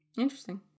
Interesting